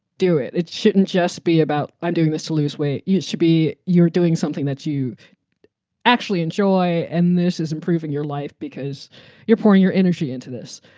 do it. it shouldn't just be about um doing this to lose weight. it used to be you're doing something that you actually enjoy. and this is improving your life because you're pouring your energy into this.